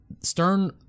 Stern